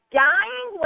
dying